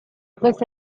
questo